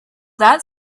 that